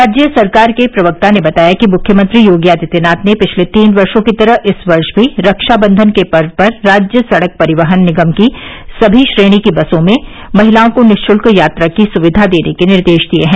राज्य सरकार के प्रवक्ता ने बताया कि मुख्यमंत्री योगी आदित्यनाथ ने पिछले तीन वर्षों की तरह इस वर्ष भी रक्षा बंधन के पर्व पर राज्य सड़क परिवहन निगम की सभी श्रेणी की बसों में महिलाओं को निशुल्क यात्रा की सुविधा देने के निर्देश दिए हैं